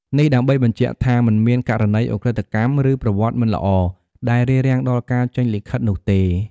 នេះដើម្បីបញ្ជាក់ថាមិនមានករណីឧក្រិដ្ឋកម្ម ឬប្រវត្តិមិនល្អដែលរារាំងដល់ការចេញលិខិតនោះទេ។